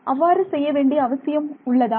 அவ்வாறு செய்ய வேண்டிய அவசியம் உள்ளதா